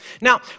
Now